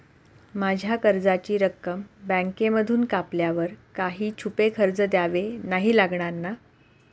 माझ्या कर्जाची रक्कम बँकेमधून कापल्यावर काही छुपे खर्च द्यावे नाही लागणार ना?